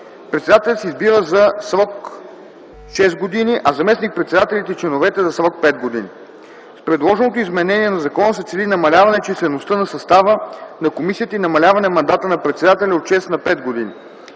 Председателят се избира за срок шест години, а заместник-председателите и членовете – за срок пет години. С предложеното изменение на закона се цели намаляване числеността на състава на комисията и намаляване мандата на председателя от шест на пет години.